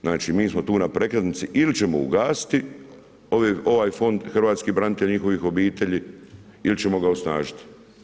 Znači mi smo tu prekretnici ili ćemo ugasiti ovaj fond hrvatskih branitelja i njihovih obitelji ili ćemo ga osnažiti.